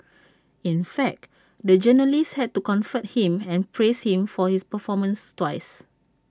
in fact the journalist had to comfort him and praise him for his performance twice